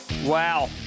Wow